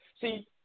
See